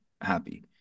happy